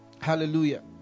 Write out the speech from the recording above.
Hallelujah